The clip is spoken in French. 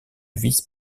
vice